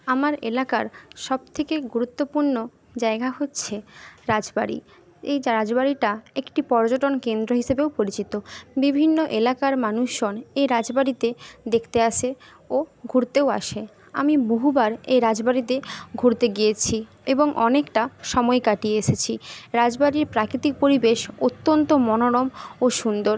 আমার এলাকার সব থেকে গুরুত্বপূর্ণ জায়গা হচ্ছে রাজবাড়ি এইযে রাজবাড়িটা একটি পর্যটন কেন্দ্র হিসেবেও পরিচিত বিভিন্ন এলাকার মানুষজন এই রাজবাড়িতে দেখতে আসে ও ঘুরতেও আসে আমি বহুবার এই রাজবাড়িতে ঘুরতে গিয়েছি এবং অনেকটা সময় কাটিয়ে এসেছি রাজবাড়ির প্রাকৃতিক পরিবেশ অত্যন্ত মনোরম ও সুন্দর